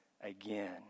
again